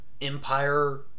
Empire